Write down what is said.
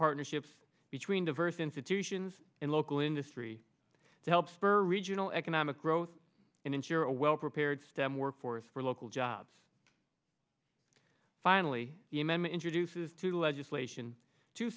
partnerships between diverse institutions and local industry to help spur regional economic growth and ensure a well prepared stem workforce for local jobs finally the m m introduces two legislation t